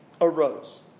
arose